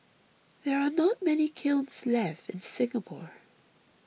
there are not many kilns left in Singapore